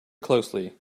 closely